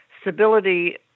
stability